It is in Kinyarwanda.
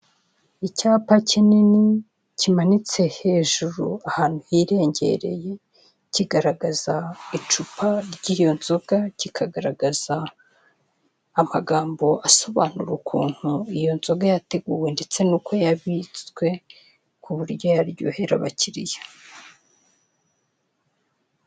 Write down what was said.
Icyapa kinini kimanitse hejuru ahantu hirengereye, kigaragaza icupa ry'iyo nzoga, kikagaragaza amagambo asobanura ukuntu iyo nzoga yateguwe ndetse n'uko yabitswe ku buryo yaryohera abakiliya.